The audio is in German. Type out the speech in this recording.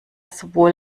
sowohl